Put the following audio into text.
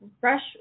fresh